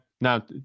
now